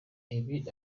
ibi